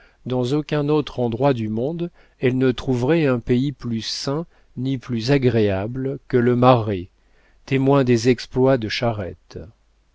dans aucun autre endroit du monde elle ne trouverait un pays plus sain ni plus agréable que le marais témoin des exploits de charette